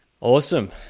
awesome